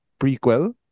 prequel